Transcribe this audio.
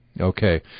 Okay